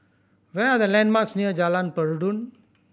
where are the landmarks near Jalan Peradun